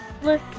Look